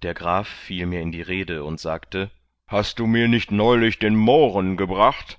der graf fiel mir in die rede und sagte hast du mir nicht neulich den mohren gebracht